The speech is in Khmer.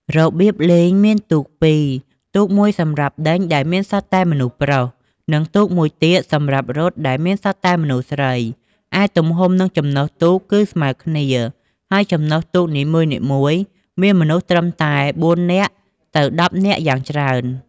របៀបលេង មានទូកពីរ, ទូក១ សម្រាប់ដេញ ដែលមានសុទ្ធតែមនុស្សប្រុស និងទូក១ទៀតសម្រាប់រត់ដែលមានសុទ្ធតែមនុស្សស្រី ឯទំហំនឹងចំណុះទូកគឺស្មើគ្នា ហើយចំណុះទូកនីមួយៗមានមនុស្សត្រឹមតែ ៤ នាក់ ទៅ ១០ នាក់យ៉ាងច្រើន ។